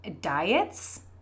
diets